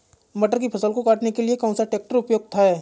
मटर की फसल को काटने के लिए कौन सा ट्रैक्टर उपयुक्त है?